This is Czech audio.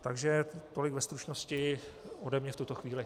Takže tolik ve stručnosti ode mne v tuto chvíli.